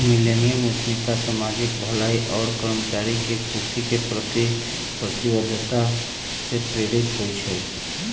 millennium उद्यमिता सामाजिक भलाई आऽ कर्मचारी के खुशी के प्रति प्रतिबद्धता से प्रेरित होइ छइ